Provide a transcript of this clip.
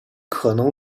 可能